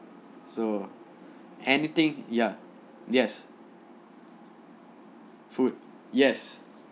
so anything ya yes food yes